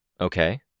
Okay